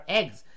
eggs